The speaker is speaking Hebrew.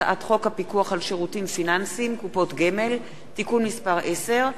הצעת חוק הפיקוח על שירותים פיננסיים (קופות גמל) (תיקון מס' 10),